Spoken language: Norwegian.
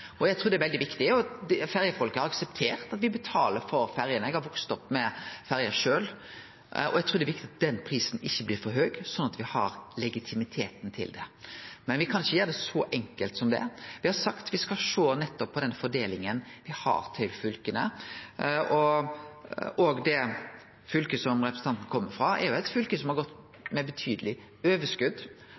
Ferjefolket har akseptert at dei betaler for ferjene – eg har vakse opp med ferjer sjølv – og eg trur det er viktig at den prisen ikkje blir for høg, slik at me har legitimiteten til det. Men me kan ikkje gjere det så enkelt som det. Me har sagt at me skal sjå på den fordelinga me har til fylka. Òg det fylket som representanten kjem frå, er eit fylke som har gått med betydeleg overskot